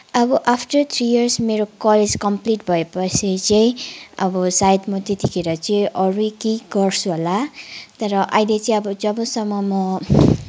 अब after three years मेरो college complete भएपछि चाहिँ अब सायद म त्यत्तिखेर चाहिँ अरू नै केही गर्छु होला तर अहिले चाहिँ अब जबसम्म म